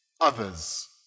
others